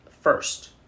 first